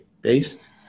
based